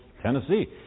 Tennessee